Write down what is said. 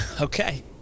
Okay